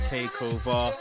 Takeover